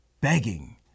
begging